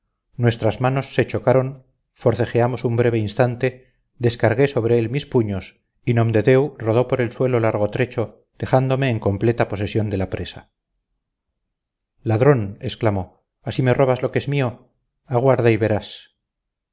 nuestras manos se chocaron forcejeamos un breve instante descargué sobre él mis puños y nomdedeu rodó por el suelo largo trecho dejándome en completa posesión de la presa ladrón exclamó así me robas lo que es mío aguarda y verás